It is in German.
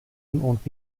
und